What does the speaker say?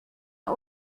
are